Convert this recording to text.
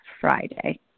Friday